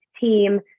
team